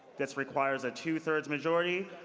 this requires a two-thirds majority.